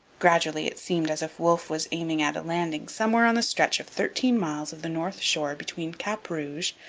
gradually it seemed as if wolfe was aiming at a landing somewhere on the stretch of thirteen miles of the north shore between cap rouge,